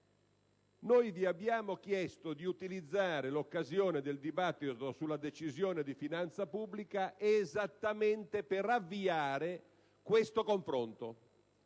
Noi vi abbiamo chiesto di utilizzare l'occasione del dibattito sulla Decisione di finanza pubblica esattamente per avviare questo confronto.